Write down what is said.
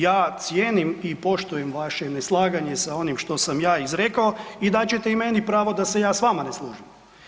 Ja cijenim i poštujem vaše neslaganje s onim što sam ja izrekao i dat ćete i meni pravo da se ja s vama ne složim.